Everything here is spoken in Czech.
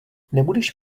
nebudeš